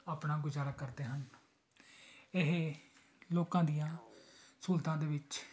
ਆਪਣਾ ਗੁਜ਼ਾਰਾ ਕਰਦੇ ਹਨ ਇਹ ਲੋਕਾਂ ਦੀਆਂ ਸਹੂਲਤਾਂ ਦੇ ਵਿੱਚ